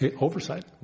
oversight